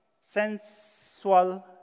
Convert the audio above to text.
sensual